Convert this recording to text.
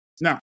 now